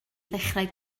ddechrau